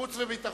החוץ והביטחון.